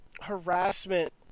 harassment